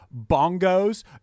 bongos